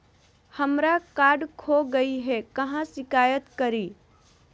हमरा कार्ड खो गई है, कहाँ शिकायत करी?